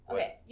Okay